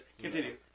continue